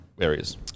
areas